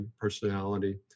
personality